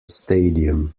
stadium